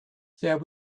there